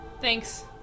Thanks